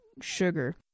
sugar